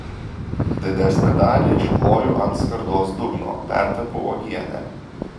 didesnę dalį iškloju ant skardos dugno pertepu uogiene